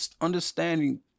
Understanding